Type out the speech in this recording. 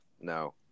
no